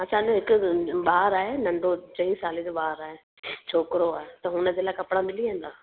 असांजे हिक ॿार आहे नंढो चईं साले जो ॿार आहे छोकिरो आहे त हुनजे लाइ कपिड़ा मिली वेंदा